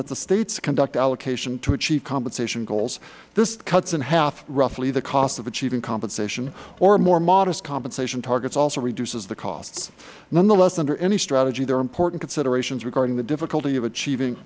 let the states conduct allocation to achieve compensation goals this cuts in half roughly the cost of achieving compensation or more modest compensation targets also reduce the cost nonetheless under any strategy there are important considerations regarding the difficulty of achieving